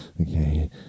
okay